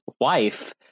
wife